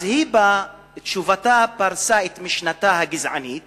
אז היא בתשובתה פרסה את משנתה הגזענית